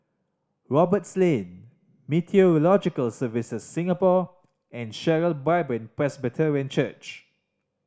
Roberts Lane Meteorological Services Singapore and Sharon Bible Presbyterian Church